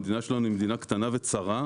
המדינה שלנו היא מדינה קטנה וצרה,